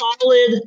Solid